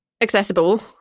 accessible